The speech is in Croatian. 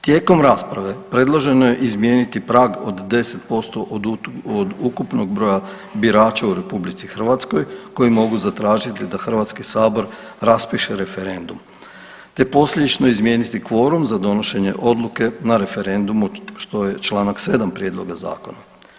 Tijekom rasprave, predloženo je izmijeniti prag od 10% od ukupnog broja birača u RH koji mogu zatražiti da HS raspiše referendum te posljedično izmijeniti kvorum za donošenje odluke na referendumu, što je čl. 7 Prijedloga zakona.